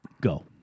Go